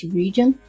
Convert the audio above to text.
region